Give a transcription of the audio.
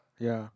ya